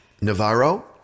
navarro